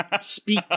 speak